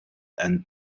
and